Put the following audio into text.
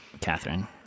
Catherine